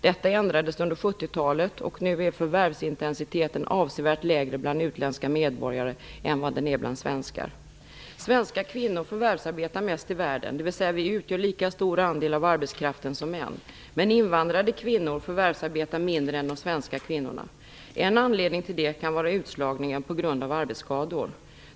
Detta ändrades under 70-talet, och nu är förvärvsintensiteten avsevärt lägre bland utländska medborgare än vad den är bland svenskar. Svenska kvinnor förvärvsarbetar mest i världen, dvs. vi utgör lika stor andel av arbetskraften som män. Men invandrade kvinnor förvärvsarbetar mindre än de svenska kvinnorna. En anledning till det kan vara utslagningen på grund av arbetsskador.